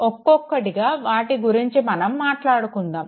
ఒక్కొకటిగా వాటి గురించి మనం మాట్లాడుకుందాము